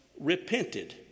repented